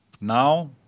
now